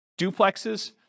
duplexes